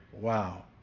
Wow